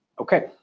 Okay